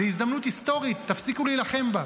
זו הזדמנות היסטורית, תפסיקו להילחם בה.